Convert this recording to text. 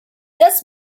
this